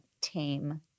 tame